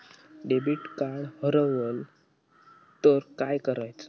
Debit card हरवल तर काय करायच?